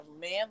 man